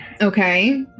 Okay